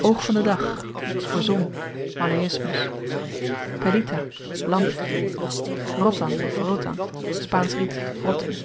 oog van den dag voor zon malayismus pelitah lampje rottan of rotan spaansch riet rotting